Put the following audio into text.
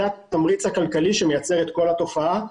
זה התמריץ הכלכלי שמייצר את כל התופעה,